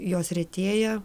jos retėja